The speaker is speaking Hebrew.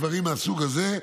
דברים מהסוג הזה,